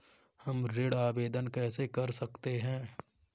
हम ऋण आवेदन कैसे कर सकते हैं?